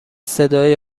صدای